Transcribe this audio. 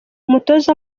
umutoza